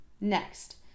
Next